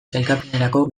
sailkapenerako